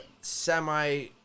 semi